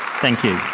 thank you.